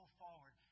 forward